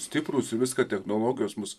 stiprūs viską technologijos mus